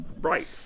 right